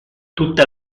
tutte